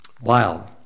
Wow